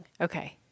okay